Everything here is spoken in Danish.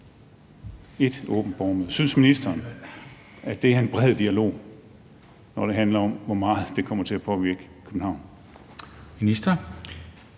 ét åbent borgermøde. Synes ministeren, at det er en bred dialog med tanke på, hvor meget det kommer til at påvirke København?